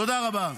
תודה רבה.